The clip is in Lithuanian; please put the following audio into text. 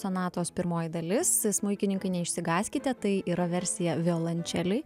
sonatos pirmoji dalis smuikininkai neišsigąskite tai yra versija violončelei